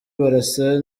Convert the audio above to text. barasa